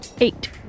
Eight